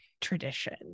tradition